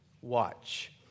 watch